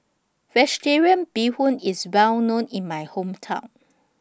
Vegetarian Bee Hoon IS Well known in My Hometown